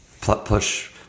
push